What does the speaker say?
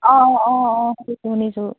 অঁ অঁ অঁ সেই শুনিছোঁ